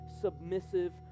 submissive